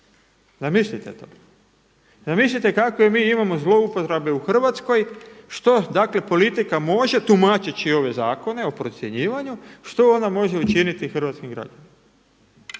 Zamislite to? Zamislite kakve mi imamo zloupotrebe u Hrvatskoj što dakle politika može tumačeći ove zakone o procjenjivanju, što ona može učiniti hrvatskim građanima.